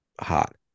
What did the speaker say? hot